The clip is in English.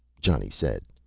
johnny said.